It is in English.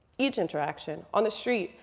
each interaction on the street,